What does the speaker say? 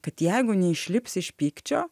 kad jeigu neišlips iš pykčio